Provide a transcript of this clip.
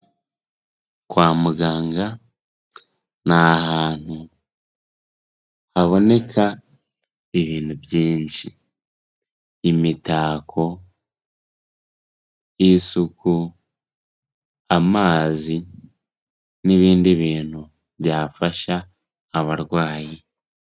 Kwa muganga ni hantu haboneka ibintu byinshi imitako, isuku, amazi n'ibindi bintu byafasha abarwayi.